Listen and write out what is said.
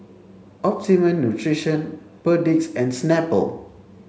Optimum Nutrition Perdix and Snapple